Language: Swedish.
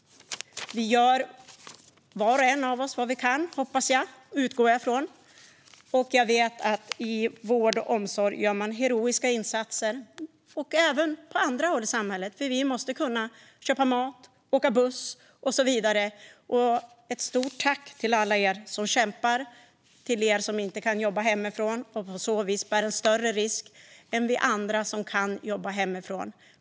Vi gör var och en av oss vad vi kan, hoppas jag och utgår jag från. Jag vet att man i vård och omsorg gör heroiska insatser, liksom på andra håll i samhället. Vi måste kunna köpa mat, åka buss och så vidare. Ett stort tack till alla er som kämpar och till er som inte kan jobba hemifrån! Ni bär en större risk än vi andra, som kan jobba hemifrån.